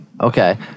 Okay